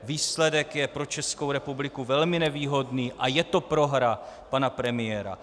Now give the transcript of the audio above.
Výsledek je pro Českou republiku velmi nevýhodný a je to prohra pana premiéra.